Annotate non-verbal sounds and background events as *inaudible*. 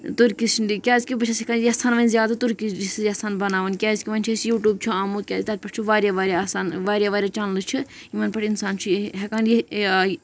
*unintelligible* کیٛازکہِ بہٕ چھَس ہٮ۪کان یَژھان وۄنۍ زیادٕ تُرکِش بہٕ چھَس یَژھان بَناوٕنۍ کیٛازِکہِ وۄنۍ چھِ أسۍ یوٗٹیوٗب چھِ آمُت کیازِ تَتہِ پٮ۪ٹھ چھُ واریاہ واریاہ آسان واریاہ واریاہ چَنلہٕ چھِ یِمَن پٮ۪ٹھ اِنسان چھُ یہِ ہٮ۪کان یہِ